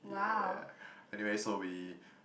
yeah anyway so we